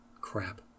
Crap